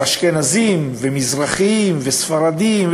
אשכנזים ומזרחים וספרדים,